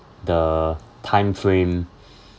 the timeframe